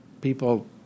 People